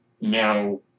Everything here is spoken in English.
Now